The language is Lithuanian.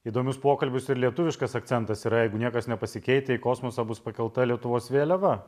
įdomius pokalbius ir lietuviškas akcentas yra jeigu niekas nepasikeitę į kosmosą bus pakelta lietuvos vėliava